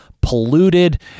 polluted